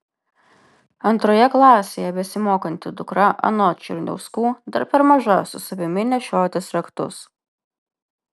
antroje klasėje besimokanti dukra anot černiauskų dar per maža su savimi nešiotis raktus